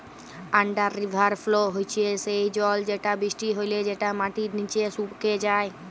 under river flow হচ্যে সেই জল যেটা বৃষ্টি হলে যেটা মাটির নিচে সুকে যায়